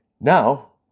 now